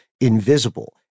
invisible